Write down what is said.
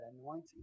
anointing